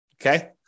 okay